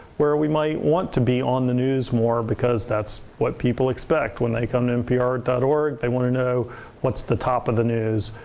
where we might want to be on the news more because that's what people expect when they come to npr org, they want to know what's the top of the news.